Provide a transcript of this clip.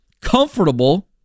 comfortable